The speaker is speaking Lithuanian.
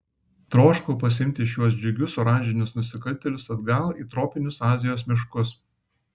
troškau pasiimti šiuos džiugius oranžinius nusikaltėlius atgal į tropinius azijos miškus